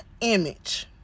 image